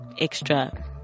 extra